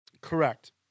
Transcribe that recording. Correct